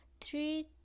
Three